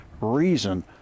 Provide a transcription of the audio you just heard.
reason